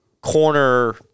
corner